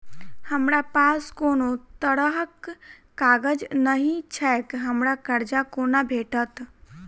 हमरा पास कोनो तरहक कागज नहि छैक हमरा कर्जा कोना भेटत?